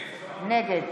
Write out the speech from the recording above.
נגד